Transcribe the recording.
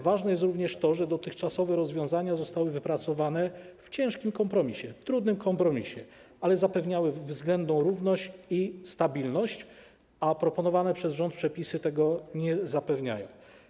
Ważne jest również to, że dotychczasowe rozwiązania zostały wypracowane w ciężkim kompromisie, trudnym kompromisie, natomiast zapewniały względną równość i stabilność, zaś proponowane przez rząd przepisy tego nie zapewniają.